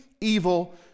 evil